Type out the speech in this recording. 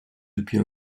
depuis